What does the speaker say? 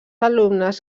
alumnes